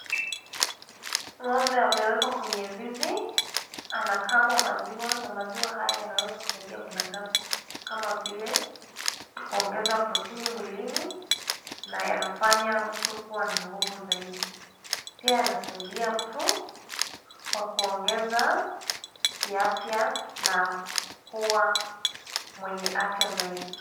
Ng'ombe amewekwa kwenye zizi. Anakamwa maziwa na maziwa haya yanaweza kusaidia mwanadamu kama vile kuongeza protini mwilini na yanafanya mtu kuwa na nguvu zaidi. Pia yanasaidia mtu kwa kuongeza kiafya na kuwa mwenye afya zaidi.